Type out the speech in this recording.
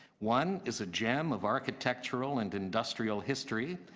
one is a gem of architectural and industrial history.